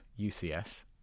UCS